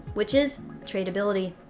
which is tradeability.